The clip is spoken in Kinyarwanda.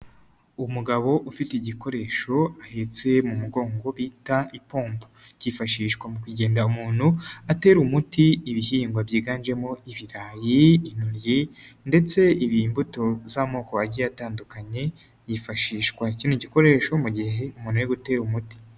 Umugabo ufite igikoresho ahetse mu mugongo bita ipompo, kifashishwa mu kugenda umuntu atera umuti ibihingwa byiganjemo ibirayi, intoryi, ndetse ibi imbuto z'amoko agiye atandukanye, hifashishwa kino gikoresho mu gihe umuntu ari gutera umuti.